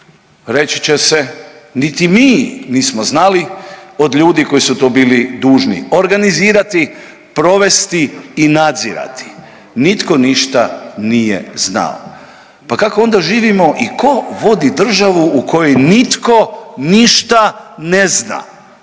reći će se niti mi nismo znali od ljudi koji su to bili dužni organizirati, provesti i nadzirati. Nitko ništa nije znao. Pa kako onda živimo i tko vodi državu u kojoj nitko ništa ne zna?